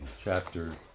chapter